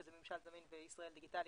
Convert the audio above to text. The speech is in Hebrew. שזה ממשל זמין וישראל דיגיטלית,